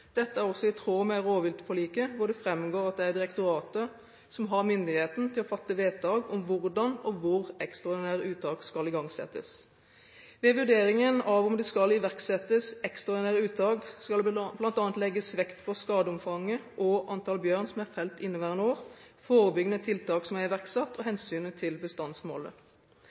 Dette er også i tråd med rovviltforliket, hvor det framgår at det er direktoratet som har myndighet til å fatte vedtak om hvordan og hvor ekstraordinære uttak skal igangsettes. Ved vurderingen av om det skal iverksettes ekstraordinære uttak, skal det bl.a. legges vekt på skadeomfanget og antall bjørn som er felt inneværende år, forebyggende tiltak som er iverksatt, og hensynet til bestandsmålet.